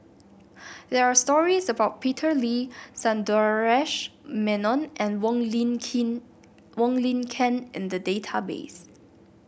there are stories about Peter Lee Sundaresh Menon and Wong Lin Kin Wong Lin Ken in the database